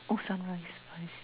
oh sunrise rise